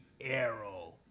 arrow